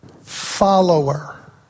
follower